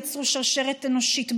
יצרו שרשרת אנושית,